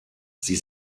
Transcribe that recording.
sie